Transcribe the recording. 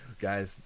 Guys